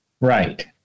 Right